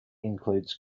includes